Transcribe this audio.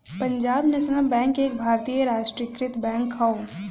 Punjab National Bank एक भारतीय राष्ट्रीयकृत बैंक हौ